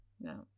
No